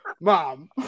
Mom